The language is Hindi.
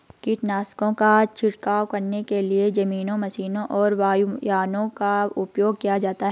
कीटनाशकों का छिड़काव करने के लिए जमीनी मशीनों और वायुयानों का उपयोग किया जाता है